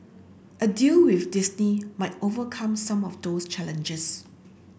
a deal with Disney might overcome some of those challenges